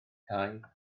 cau